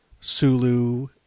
Sulu